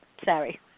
sorry